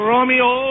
Romeo